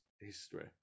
history